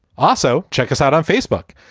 also check us out on facebook.